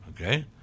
Okay